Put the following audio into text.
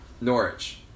Norwich